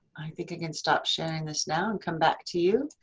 think i can stop sharing this now and come back to you.